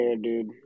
dude